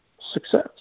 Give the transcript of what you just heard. success